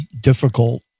difficult